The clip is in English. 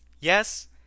Yes